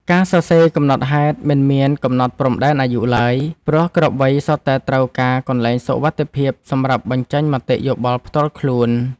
ការសរសេរកំណត់ហេតុមិនមានកំណត់ព្រំដែនអាយុឡើយ ព្រោះគ្រប់វ័យសុទ្ធតែត្រូវការកន្លែងសុវត្ថិភាពសម្រាប់បញ្ចេញមតិយោបល់ផ្ទាល់ខ្លួន។